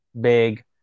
big